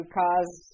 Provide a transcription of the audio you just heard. cause